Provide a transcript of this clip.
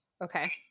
Okay